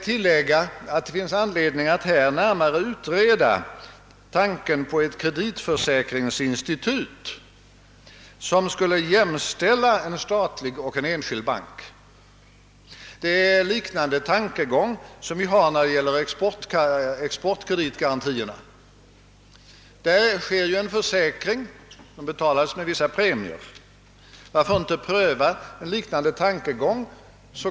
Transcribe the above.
Särskilt det sistnämnda forskningsavsnittet har regeringen enligt min mening ägnat alldeles för litet intresse åt. Men nu inträffar det egendomliga, herr talman, att regeringen går praktiskt taget förbi detta med nödvändigheten av att öka kapitaltillgångarna.